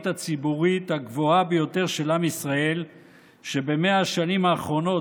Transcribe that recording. הציבורית הגבוהה ביותר של עם ישראל ב-100 השנים האחרונות,